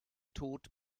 tod